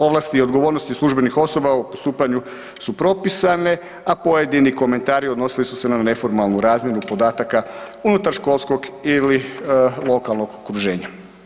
Ovlasti i odgovornosti službenih osoba o postupanju su propisane, a pojedini komentari odnosili su se na neformalnu razmjenu podataka unutar školskog ili lokalnog okruženja.